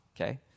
okay